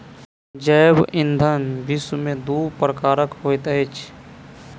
जैव ईंधन विश्व में दू प्रकारक होइत अछि